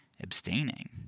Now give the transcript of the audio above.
abstaining